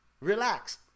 relax